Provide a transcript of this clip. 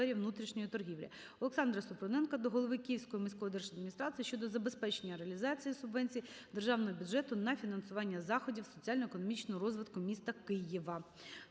Олександра Супруненка до голови Київської міської держадміністрації щодо забезпечення реалізації субвенції з Державного бюджету на фінансування заходів соціально-економічного розвитку міста Києва.